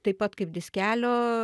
taip pat kaip diskelio